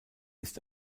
ist